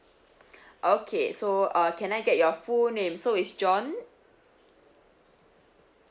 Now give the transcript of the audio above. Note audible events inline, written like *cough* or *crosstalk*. *breath* okay so uh can I get your full name so is john